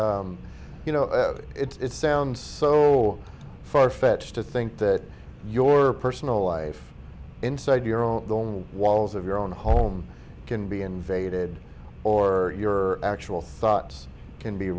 it you know it's sounds so far fetched to think that your personal life inside your own walls of your own home can be invaded or your actual thoughts can be